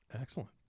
Excellent